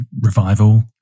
revival